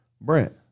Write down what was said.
Brent